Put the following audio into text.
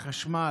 החשמל,